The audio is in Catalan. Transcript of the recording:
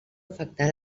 afectar